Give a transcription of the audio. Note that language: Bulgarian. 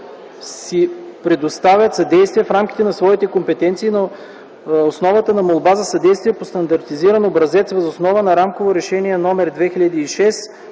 си предоставят съдействие в рамките на своите компетенции, на основата на молба за съдействие по стандартизиран образец, въз основа на Рамково решение №